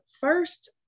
first